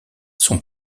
son